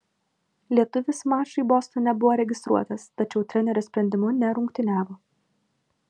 lietuvis mačui bostone buvo registruotas tačiau trenerio sprendimu nerungtyniavo